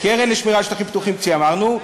קרן לשמירה על שטחים פתוחים, אמרנו.